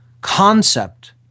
concept